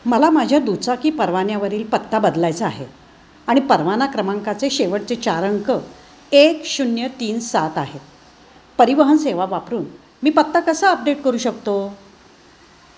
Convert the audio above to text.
मला माझ्या दुचाकी परवान्यावरील पत्ता बदलायचा आहे आणि परवाना क्रमांकाचे शेवटचे चार अंक एक शून्य तीन सात आहेत परिवहन सेवा वापरून मी पत्ता कसा अपडेट करू शकतो